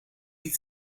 niet